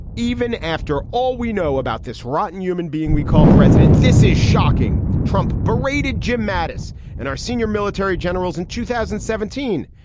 even after all we know about this rotten human being we call president, this is shocking. trump berated jim mattis and our senior military generals in two thousand and seventeen,